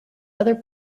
other